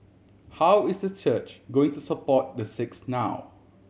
how is the church going to support the six now